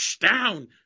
down